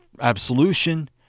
absolution